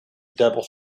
double